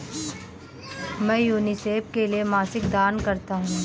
मैं यूनिसेफ के लिए मासिक दान करता हूं